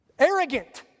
Arrogant